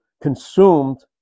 consumed